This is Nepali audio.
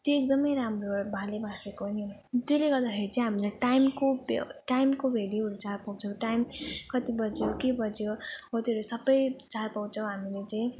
त्यो एकदम राम्रो हो भाले बासेको नि त्यसले गर्दाखेरि चाहिँ हामीले टाइमको टाइमको भेल्युहरू चाल पाउँछौँ टाइम कति बज्यो के बज्यो हो त्योहरू सब चाल पाउँछौँ हामीले चाहिँ